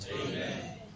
Amen